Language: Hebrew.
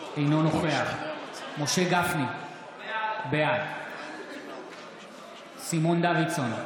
אינו נוכח משה גפני, בעד סימון דוידסון,